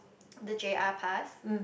oh the J_R pass